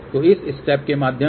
तो इस स्टेप के माध्यम से